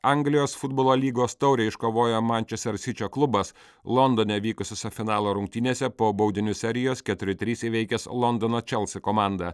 anglijos futbolo lygos taurę iškovojo mančester sičio klubas londone vykusiose finalo rungtynėse po baudinių serijos keturi trys įveikęs londono čelsi komandą